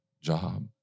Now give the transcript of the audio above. job